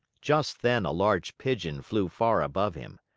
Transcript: just then a large pigeon flew far above him.